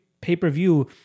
pay-per-view